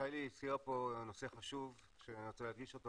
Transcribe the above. שי-לי הזכירה פה נושא חשוב שאני רוצה להדגיש אותו,